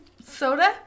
soda